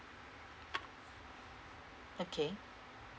okay